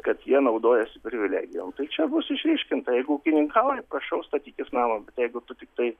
kad jie naudojosi privilegijom tai čia bus išryškinta jeigu ūkininkauji prašau statykis namą bet jeigu tu tiktai